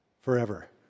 forever